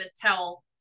tell